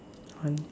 one two three